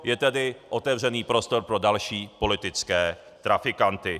Je tedy otevřený prostor pro další politické trafikanty.